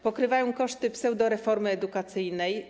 Pokrywają koszty pseudoreformy edukacyjnej.